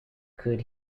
could